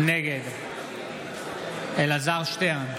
נגד אלעזר שטרן,